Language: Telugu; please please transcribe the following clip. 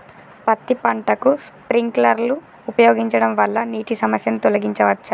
పత్తి పంటకు స్ప్రింక్లర్లు ఉపయోగించడం వల్ల నీటి సమస్యను తొలగించవచ్చా?